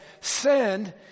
send